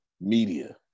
media